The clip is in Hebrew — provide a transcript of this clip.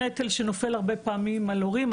זה נטל שהרבה מאוד פעמים נופל על ההורים.